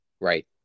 Right